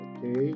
Okay